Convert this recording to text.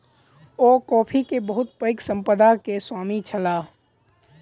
ओ coffee के बहुत पैघ संपदा के स्वामी छलाह